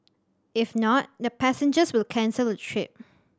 if not the passengers will cancel the trip